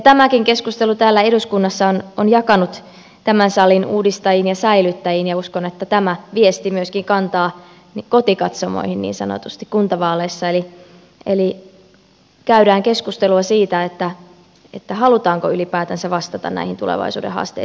tämäkin keskustelu täällä eduskunnassa on jakanut tämän salin uudistajiin ja säilyttäjiin ja uskon että tämä viesti myöskin kantaa niin sanotusti kotikatsomoihin kuntavaaleissa eli käydään keskustelua siitä halutaanko ylipäätänsä vastata näihin tulevaisuuden haasteisiin vai ei